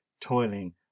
toiling